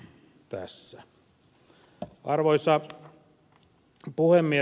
arvoisa puhemies